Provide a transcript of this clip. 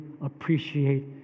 appreciate